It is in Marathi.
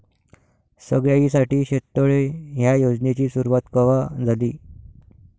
सगळ्याइसाठी शेततळे ह्या योजनेची सुरुवात कवा झाली?